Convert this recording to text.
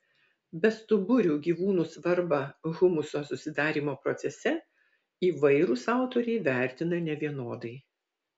bestuburių gyvūnų svarbą humuso susidarymo procese įvairūs autoriai vertina nevienodai